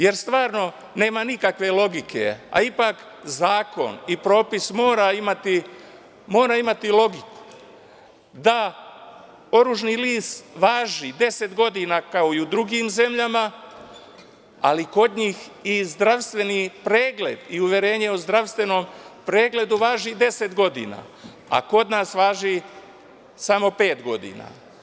Jer stvarno nema nikakve logike, a ipak zakon i propis mora imati logiku, da oružni list važi 10 godina, kao i u drugim zemljama, ali kod njih i zdravstveni pregled i uverenje o zdravstvenom pregledu važi 10 godina, a kod nas važi samo pet godina.